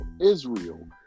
Israel